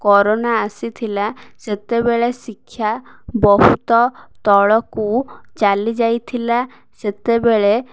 corona ଆସିଥିଲା ସେତେବେଳେ ଶିକ୍ଷା ବହୁତ ତଳକୁ ଚାଲି ଯାଇଥିଲା ସେତେବେଳେ